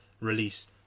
release